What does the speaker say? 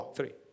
Three